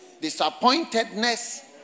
disappointedness